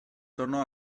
tornò